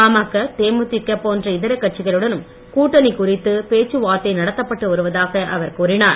பாமக தேமுதிக போன்ற இதர கட்சிகளுடனும் கூட்டணி குறித்து பேச்சுவார்த்தை நடத்தப்பட்டு வருவதாக அவர் கூறினார்